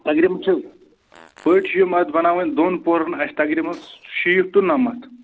تقریٖبَن چھِ پٔٹۍ چھِ یِم اَتھ بناوٕنۍ دۄن پوہرَن اَسہِ تقریٖبَن شیٖتھ ٹُو نَمتھ